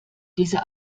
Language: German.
diese